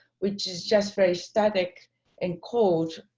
which is just very static and cold.